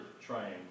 triangle